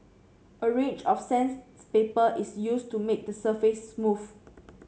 a range of is used to make the surface smooth